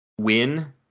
win